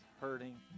hurting